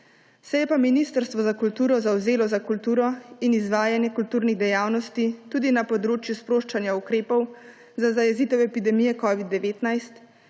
Se je pa Ministrstvo za kulturo zavzelo za kulturo in izvajanje kulturnih dejavnosti tudi na področju sproščanja ukrepov za zajezitev epidemije covida-19,